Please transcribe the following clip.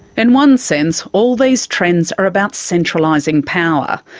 in one sense all these trends are about centralising power,